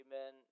amen